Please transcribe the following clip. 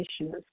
issues